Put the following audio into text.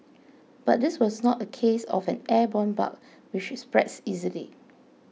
but this was not a case of an airborne bug which spreads easily